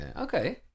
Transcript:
okay